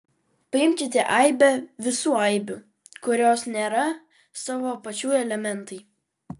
paimkite aibę visų aibių kurios nėra savo pačių elementai